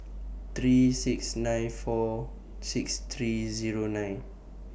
three six nine four six three Zero nine